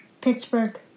Pittsburgh